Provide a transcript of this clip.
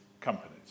companies